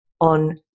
on